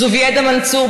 זוביידה מנסור,